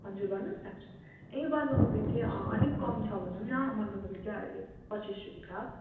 हजुर भन्नुहोस् न ए बन्दकोपी चाहिँ अलिक कम छ भनौँ न बन्दकोपी चाहिँ अहिले पच्चिस रुपियाँ छ